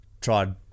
tried